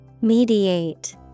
Mediate